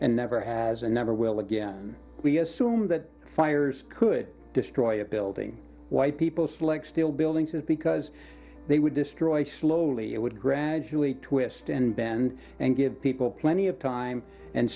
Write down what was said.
and never has and never will again we assume that fires could destroy a building why people slick steel buildings and because they would destroy slowly it would gradually twist and bend and give people plenty of time and